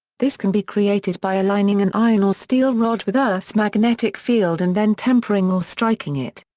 this can be created by aligning an iron or steel rod with earth's magnetic field and then tempering or striking it.